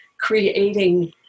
creating